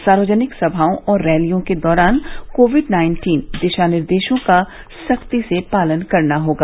सार्वजनिक सभाओं और रैलियों के दौरान कोविड नाइन्टीन दिशा निर्देशों का सख्ती से पालन करना होगा